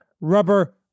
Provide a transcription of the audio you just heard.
rubber